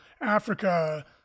Africa